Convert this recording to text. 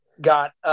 got